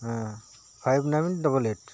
ᱦᱮᱸ five nine double eight